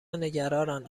نگرانند